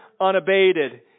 unabated